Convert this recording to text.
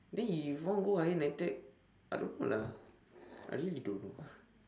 then he want go higher NITEC I don't know lah I really don't know